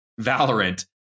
Valorant